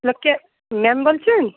hello কে ma'am বলছেন